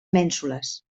mènsules